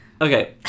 Okay